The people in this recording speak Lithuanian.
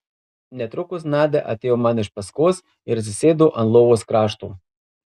netrukus nadia atėjo man iš paskos ir atsisėdo ant lovos krašto